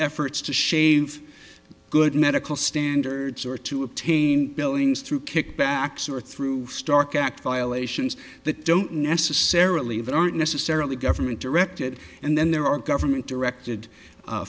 efforts to shave good medical standards or to obtain billions through kickbacks or through for stark act violations that don't necessarily that aren't necessarily government directed and then there are government directed